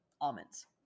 almonds